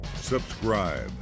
subscribe